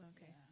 Okay